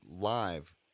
live